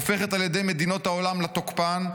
הופכת על ידי מדינות העולם לתוקפן,